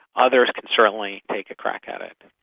others can certainly take a crack at it.